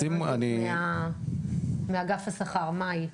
נציגה מאגף השכר, מאי.